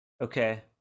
Okay